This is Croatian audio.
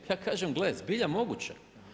Ja kaže, gle zbilja moguće.